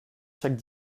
chaque